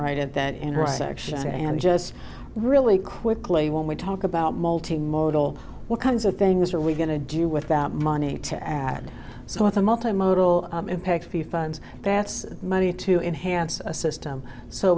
right at that intersection i am just really quickly when we talk about multi modal what kinds of things are we going to do with that money to add so with a multi modal impact fee fines that's money to enhance a system so